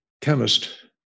chemist